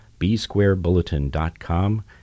bsquarebulletin.com